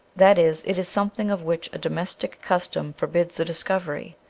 that is, it is something of which a domestic custom forbids the discovery,